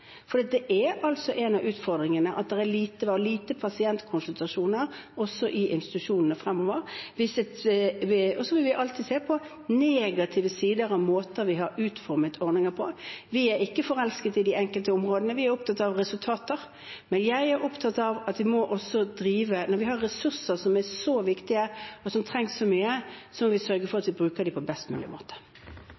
en av utfordringene er at det er lite pasientkonsultasjoner, også i institusjonene. Vi vil alltid se på negative sider ved måter vi har utformet ordninger på, for vi er ikke forelsket i de enkelte områdene, vi er opptatt av resultater. Men jeg er opptatt av at når vi har ressurser som er så viktige, og som trengs så mye, må vi sørge for at